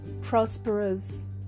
prosperous